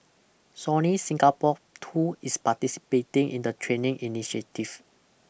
Sony Singapore too is participating in the training initiative